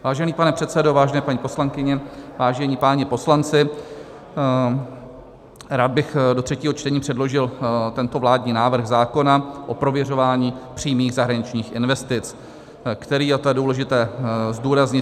Vážený pane předsedo, vážené paní poslankyně, vážení páni poslanci, rád bych do třetího čtení předložil tento vládní návrh zákona o prověřování přímých zahraničních investic, který a to je důležité zdůraznit